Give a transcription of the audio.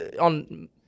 on